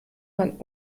man